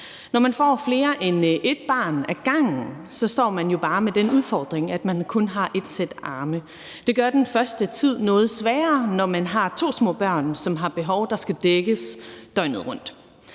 Når man får flere end ét barn ad gangen, står man jo bare med den udfordring, at man kun har ét sæt arme. Det gør den første tid noget sværere, når man har to små børn, som har behov, der skal dækkes døgnet rundt.